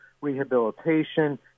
rehabilitation